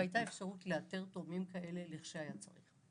והייתה אפשרות לאתר תורמים כאלה כשהיה צריך.